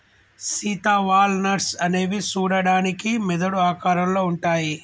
Sita walnuts అనేవి సూడడానికి మెదడు ఆకారంలో ఉంటాయి